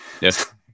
Yes